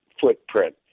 footprint